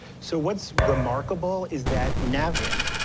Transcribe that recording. so what's remarkable is that navient,